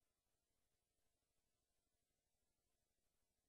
ערך, ותפקידה